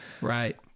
Right